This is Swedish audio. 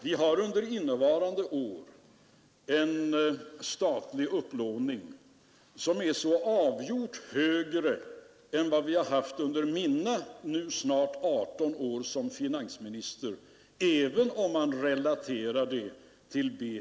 Vi har under innevarande år en statlig upplåning som är så avgjort mycket högre än vad vi haft under mina nu snart 18 år som finansminister — även om man relaterar till BNP.